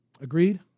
Agreed